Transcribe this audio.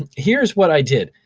here's what i did.